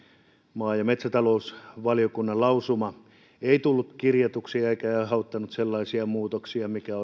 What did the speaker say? maa ja metsätalousvaliokunnan lausuma ei tullut kirjatuksi eikä aiheuttanut sellaisia muutoksia mitkä